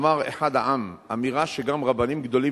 אמר אחד העם אמירה שגם רבנים גדולים